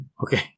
Okay